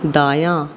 दायाँ